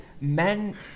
men